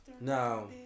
No